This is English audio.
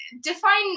define